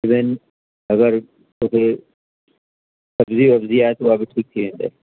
even अगरि तोखे कब्ज़ी वब्ज़ी आहे त उहा बि ठीक थी वेंदे